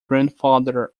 grandfather